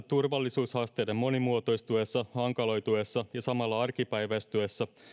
turvallisuushaasteiden monimuotoistuessa hankaloituessa ja samalla arkipäiväistyessä